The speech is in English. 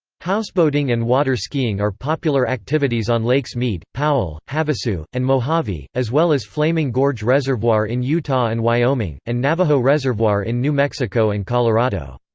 houseboating and water-skiing are popular activities on lakes mead, powell, havasu, and mojave, as well as flaming gorge reservoir in utah and wyoming, and navajo reservoir in new mexico and colorado.